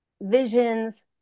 visions